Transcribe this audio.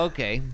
Okay